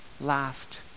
last